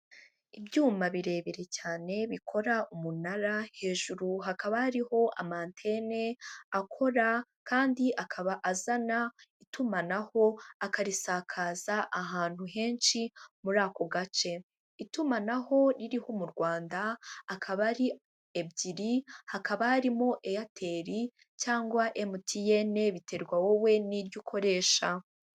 Ibyuma birebire cyane bikora umunara, hejuru hakaba hariho amantene, akora kandi akaba azana itumanaho, akarisakaza ahantu henshi muri ako gace. Itumanaho ririho mu Rwanda akaba ari ebyiri, hakaba harimo Eyateri, cyangwa MTN biterwa wowe n'iryo ukoresha.